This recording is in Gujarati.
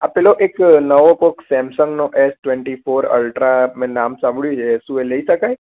આ પેલો એક નવો કોઈક સેમસંગનો એસ ટ્વેન્ટી ફોર અલ્ટ્રા મેં નામ સાંભળ્યું છે એ શું એ લઈ શકાય